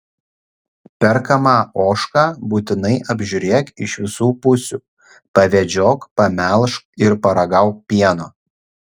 perkamą ožką būtinai apžiūrėk iš visų pusių pavedžiok pamelžk ir paragauk pieno